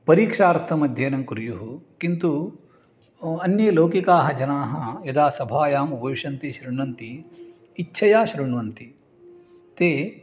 परीक्षार्थमध्ययनं कुर्युः किन्तु अन्ये लौकिकाः जनाः यदा सभायाम् उपविषन्ति श्रुण्वन्ति इच्छया श्रुण्वन्ति ते